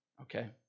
Okay